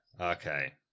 Okay